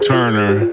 Turner